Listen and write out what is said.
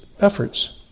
efforts